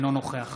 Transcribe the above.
אינו נוכח